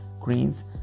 greens